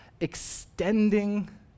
extending